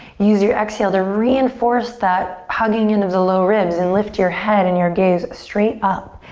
use your exhale to reinforce that hugging into the lower ribs and lift your head and your gaze straight up,